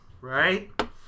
right